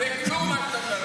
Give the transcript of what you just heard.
זה כלום,